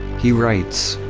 he writes,